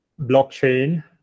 blockchain